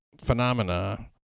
phenomena